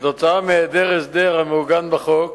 עקב היעדר הסדר המעוגן בחוק